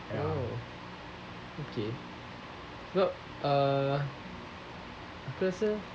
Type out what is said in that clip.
oh sebab aku rasa